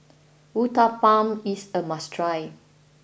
Uthapam is a must try